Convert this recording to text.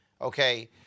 okay